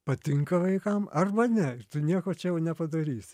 patinka vaikam arba ne ir tu nieko čia jau nepadarysi